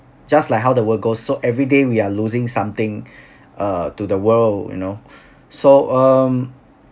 just like how the world go so everyday we are losing something uh to the world you know so um